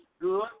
good